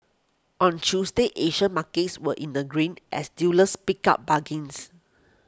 on Tuesday Asian markets were in the green as dealers picked up bargains